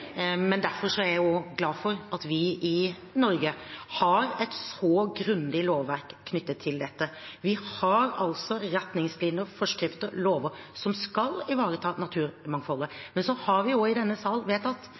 glad for at vi i Norge har et så grundig lovverk knyttet til dette. Vi har retningslinjer, forskrifter og lover som skal ivareta naturmangfoldet. Men så har vi i denne sal også vedtatt